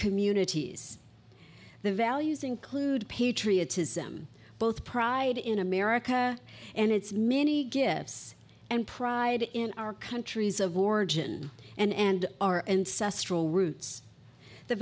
communities the values include patriotism both pride in america and it's me many gifts and pride in our countries of origin and our ancestral roots the